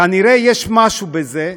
כנראה יש משהו בזה,